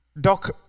Doc